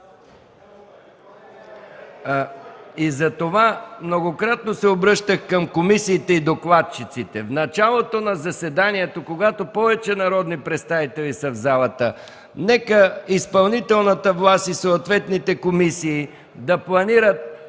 Затова многократно се обръщах към комисиите и докладчиците – в началото на заседанието, когато повече народни представители са в залата, нека изпълнителната власт и съответните комисии да планират